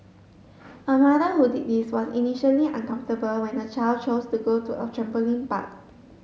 a mother who did this was initially uncomfortable when her child chose to go to a trampoline park